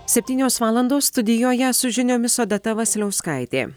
septynios valandos studijoje su žiniomis odeta vasiliauskaitė